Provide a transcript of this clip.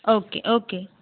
okay okay